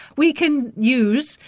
we can use,